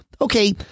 okay